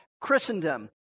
Christendom